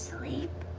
sleep.